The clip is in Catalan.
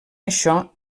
això